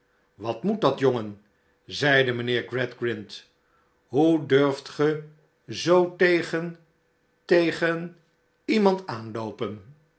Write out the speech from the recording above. wat moet dat jongen zeide mijnheer gradgrind hoe durft ge zoo tegen tegen iemand aanloopen